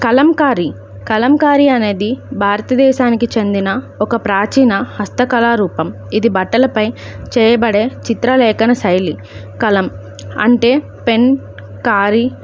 కలంకారీ కలంకారీ అనేది భారతదేశానికి చెందిన ఒక ప్రాచీన హస్తకళారూపం ఇది బట్టలపై చేయబడే చిత్రలేఖన శైలి కలం అంటే పెన్ కారీ